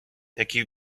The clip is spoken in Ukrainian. які